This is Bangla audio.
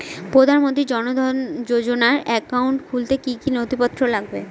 প্রধানমন্ত্রী জন ধন যোজনার একাউন্ট খুলতে কি কি নথিপত্র লাগবে?